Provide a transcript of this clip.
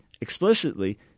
explicitly